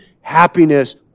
happiness